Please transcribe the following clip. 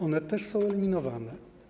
One też są eliminowane.